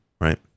right